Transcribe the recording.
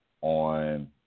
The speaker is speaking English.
on